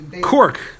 cork